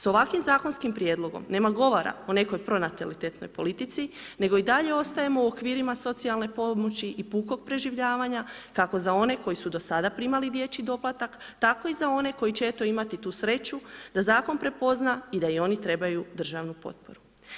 Sa ovakvim zakonskim prijedlogom nema govora o nekoj pronatalitetnoj politici nego i dalje ostajemo u okvirima socijalne pomoći i pukog preživljavanja kako za one koji su do sada primali dječji doplatak tako i za one koji će imati tu sreću da zakon prepozna i da i oni trebaju državnu potporu.